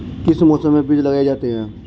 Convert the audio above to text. किस मौसम में बीज लगाए जाते हैं?